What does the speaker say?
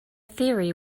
theory